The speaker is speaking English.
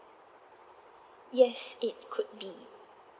yes it could be